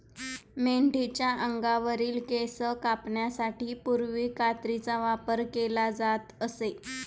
मेंढीच्या अंगावरील केस कापण्यासाठी पूर्वी कात्रीचा वापर केला जात असे